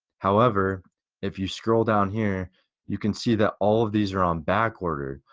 however if you scroll down here you can see that all of these are on back order.